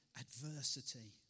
adversity